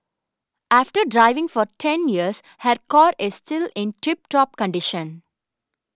after driving for ten years her car is still in tip top condition